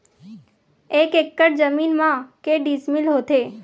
एक एकड़ जमीन मा के डिसमिल होथे?